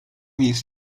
jest